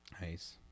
nice